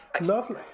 Lovely